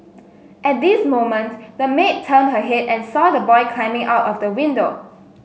at this moment the maid turned her head and saw the man's coming out of the window